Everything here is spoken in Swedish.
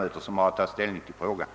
Så är emellertid inte fallet.